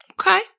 Okay